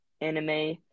anime